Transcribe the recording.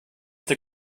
the